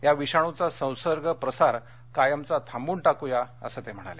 या विषाणूचा संसर्ग प्रसार कायमचा थांबवून टाकूया असं ते म्हणाले